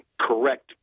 correct